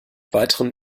weiteren